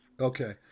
Okay